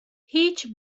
هیچ